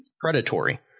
Predatory